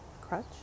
crutch